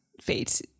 fate